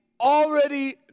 already